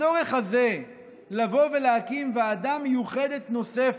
הצורך הזה לבוא ולהקים ועדה מיוחדת נוספת,